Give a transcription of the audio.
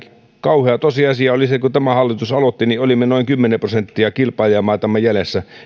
kauhea tosiasia oli se että kun tämä hallitus aloitti niin olimme noin kymmenen prosenttia kilpailijamaitamme jäljessä